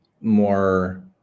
more